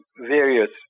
various